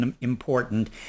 important